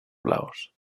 blaus